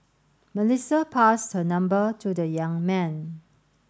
Melissa passed her number to the young man